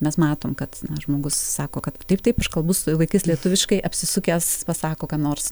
mes matom kad žmogus sako kad taip taip aš kalbu su vaikais lietuviškai apsisukęs pasako ką nors